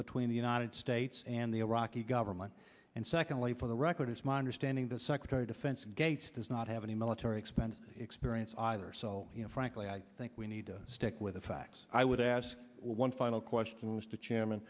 between the united states and the iraqi government and secondly for the record it's my understanding the secretary defense gates does not have any military expense experience either so you know frankly i think we need to stick with the facts i would ask one final question was to chairman